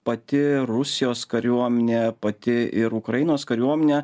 pati rusijos kariuomenė pati ir ukrainos kariuomenė